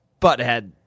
Butthead